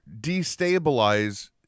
destabilize